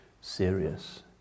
serious